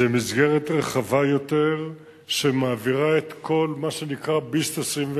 מסגרת רחבה יותר שמעבירה את כל מה שנקרא "ביס"ט 21"